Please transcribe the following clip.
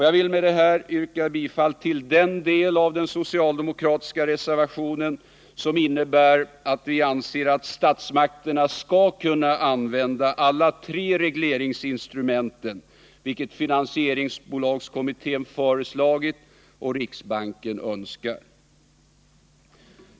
Jag vill med detta yrka bifall till den del av den socialdemokratiska reservationen som innebär att statsmakterna skall kunna använda alla tre regleringsinstrumenten, vilket finansieringsbolagskommittén föreslagit och riksbanken önskar.